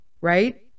right